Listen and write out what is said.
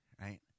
right